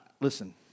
Listen